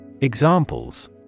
Examples